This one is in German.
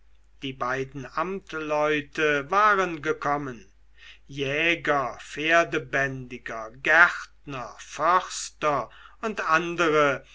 die beiden amtleute waren gekommen jäger pferdebändiger gärtner förster und andere